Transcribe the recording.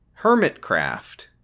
Hermitcraft